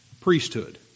priesthood